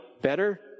better